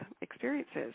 experiences